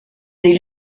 des